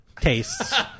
tastes